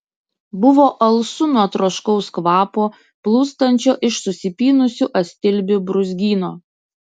buvo alsu nuo troškaus kvapo plūstančio iš susipynusių astilbių brūzgyno